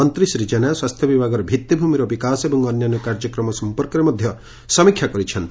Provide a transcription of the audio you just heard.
ମନ୍ତୀ ଶ୍ରୀ ଜେନା ସ୍ୱାସ୍ଥ୍ୟ ବିଭାଗର ଭିଉିଭ୍ରମିର ବିକାଶ ଏବଂ ଅନ୍ୟାନ୍ୟ କାର୍ଯ୍ୟକ୍ରମ ସଂପର୍କରେ ସମୀକ୍ଷା କରିଛନ୍ତି